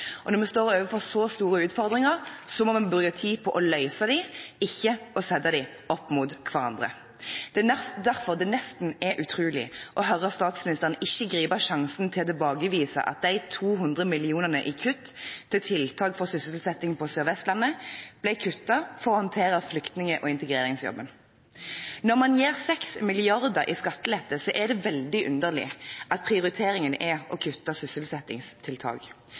Og når vi står overfor så store utfordringer, må vi bruke tid på å løse dem, ikke sette dem opp mot hverandre. Det er derfor det nesten er utrolig å høre at statsministeren ikke griper sjansen til å tilbakevise at de 200 mill. kr i kutt i tiltak for sysselsetting på Sør-Vestlandet ble gjort for å håndtere flyktning- og integreringsjobben. Når man gir 6 mrd. kr i skattelette, er det veldig underlig at prioriteringen er å kutte sysselsettingstiltak.